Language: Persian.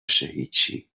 هیچی